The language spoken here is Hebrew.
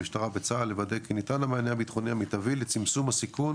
המשטרה וצה"ל לוודא שניתן המענה הביטחוני המיטבי לצמצום הסיכון